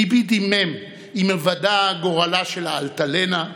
ליבי דימם עם היוודע גורלה של האלטלנה,